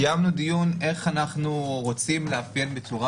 קיימנו דיון איך אנחנו רוצים לאפיין בצורה